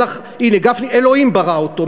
הנה, גפני: אלוהים ברא אותו.